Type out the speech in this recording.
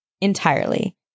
entirely